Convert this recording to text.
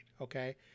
Okay